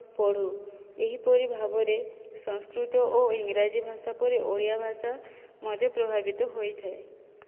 ପଢ଼ୁ ଏହିପରି ଭାବରେ ସଂସ୍କୃତ ଓ ଇଂରାଜୀ ଭାଷା ପରି ଓଡ଼ିଆ ଭାଷା ମଧ୍ୟ ପ୍ରଭାବିତ ହୋଇଥାଏ